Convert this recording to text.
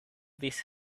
these